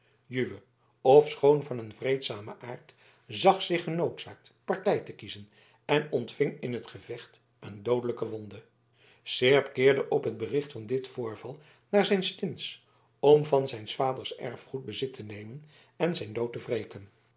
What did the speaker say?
juwe ofschoon van een vreedzamen aard zag zich genoodzaakt partij te kiezen en ontving in het gevecht een doodelijke wonde seerp keerde op het bericht van dit voorval naar zijn stins om van zijns vaders erfgoed bezit te nemen en zijn dood te wreken